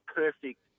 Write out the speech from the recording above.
perfect